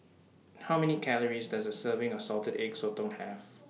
How Many Calories Does A Serving of Salted Egg Sotong Have